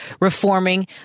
reforming